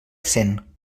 cent